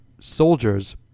soldiers